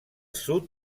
sud